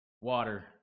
water